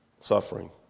suffering